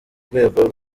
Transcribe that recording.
rwego